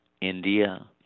India